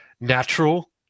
natural